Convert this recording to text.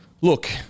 Look